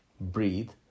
breathe